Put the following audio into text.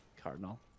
cardinal